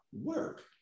Work